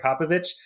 Popovich